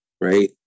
Right